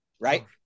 right